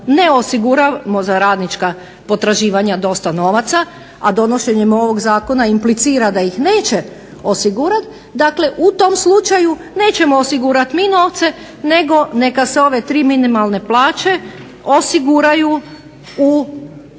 ne osiguramo za radnička potraživanja dosta novaca, a donošenjem ovog Zakona implicira da ih neće osigurati, dakle u tom slučaju nećemo osigurati mi novce nego neka se ove tri minimalne plaće osiguraju u